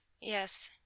yes